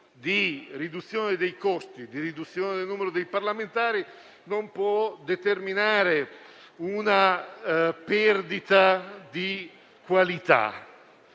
di riduzione dei costi e del numero dei parlamentari non può determinare una perdita di qualità